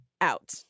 out